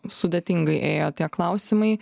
sudėtingai ėjo tie klausimai